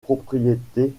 propriétés